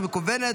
תודה.